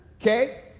okay